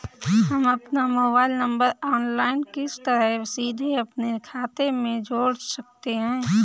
हम अपना mobile number online किस तरह सीधे अपने खाते में जोड़ सकते हैं?